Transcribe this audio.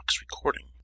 recording